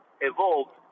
evolved